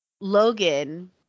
Logan